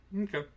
Okay